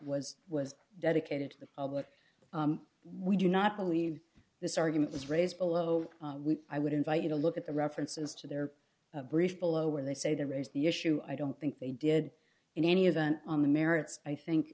was was dedicated to the public we do not believe this argument is raised below which i would invite you to look at the references to their brief below where they say to raise the issue i don't think they did in any event on the merits i